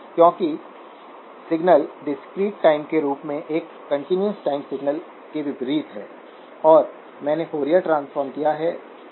क्योंकि signal discrete time के रूप में एक कंटीन्यूअस टाइम सिग्नल के विपरीत है और मैंने फॉरिएर ट्रांसफॉर्म किया है ठीक है